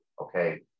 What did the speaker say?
okay